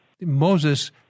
Moses